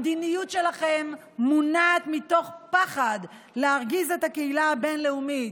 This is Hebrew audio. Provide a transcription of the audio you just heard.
המדיניות שלכם מונעת מתוך פחד להרגיז את הקהילה הבין-לאומית,